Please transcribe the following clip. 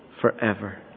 forever